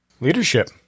leadership